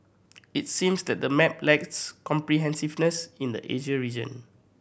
it seems that the map lacks comprehensiveness in the Asia region